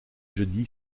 jeudi